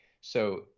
So-